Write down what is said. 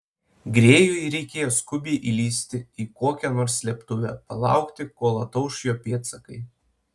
grėjui reikėjo skubiai įlįsti į kokią nors slėptuvę palaukti kol atauš jo pėdsakai